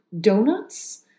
donuts